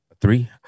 Three